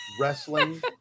wrestling